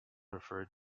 referred